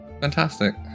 Fantastic